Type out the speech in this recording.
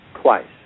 twice